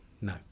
No